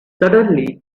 suddenly